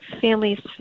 families